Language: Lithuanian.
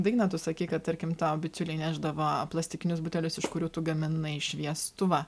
dainą tu sakei kad tarkim tau bičiuliai nešdavo plastikinius butelius iš kurių tu gaminai šviestuvą